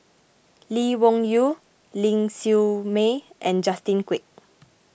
Lee Wung Yew Ling Siew May and Justin Quek